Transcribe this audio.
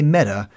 Meta